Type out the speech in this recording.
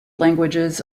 languages